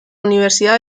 universidad